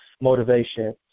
motivation